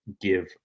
give